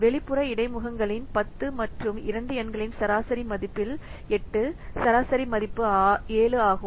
வெளிப்புற இடைமுகங்களின் 10 மற்றும் 2 எண்களின் சராசரி மதிப்பில் 8 சராசரி மதிப்பு 7 ஆகும்